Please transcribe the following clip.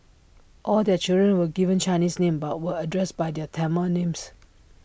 all their children were given Chinese names but were addressed by their Tamil names